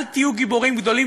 אל תהיו גיבורים גדולים.